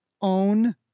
own